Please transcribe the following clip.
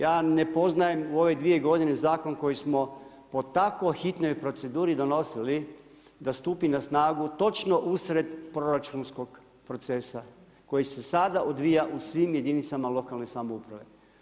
Ja ne poznajem u ove dvije godine zakon koji smo po tako hitnoj proceduri donosili da stupi na snagu točno usred proračunskog procesa koji se sada odvija u svim jedinicama lokalne samouprave.